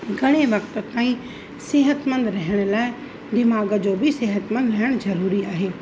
घणे वक़्तु ताईं सिहतमंद रहण लाइ दिमाग़ जो बि सिहतमंद रहणु ज़रूरी आहे